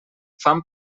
fam